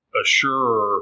assure